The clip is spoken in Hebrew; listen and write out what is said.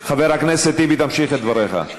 חבר הכנסת טיבי, תמשיך את דבריך.